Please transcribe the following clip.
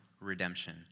redemption